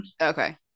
Okay